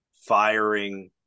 firing